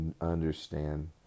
understand